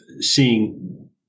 seeing